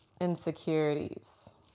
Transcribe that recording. insecurities